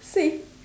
same